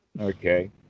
Okay